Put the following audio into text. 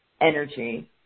energy